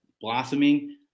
blossoming